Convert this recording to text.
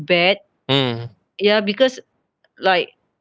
bad ya because like